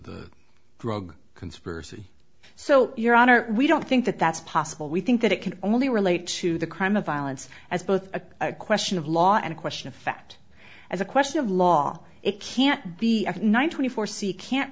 the drug conspiracy so your honor we don't think that that's possible we think that it can only relate to the crime of violence as both a question of law and a question of fact as a question of law it can't be nine twenty four c can't